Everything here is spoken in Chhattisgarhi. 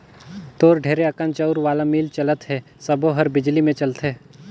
तोर ढेरे अकन चउर वाला मील चलत हे सबो हर बिजली मे चलथे